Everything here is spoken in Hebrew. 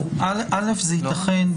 זה יתכן.